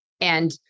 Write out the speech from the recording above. And-